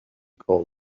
call